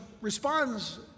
responds